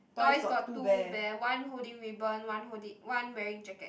toys got two bear one holding ribbon one holding one wearing jacket